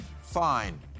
fine